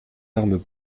armes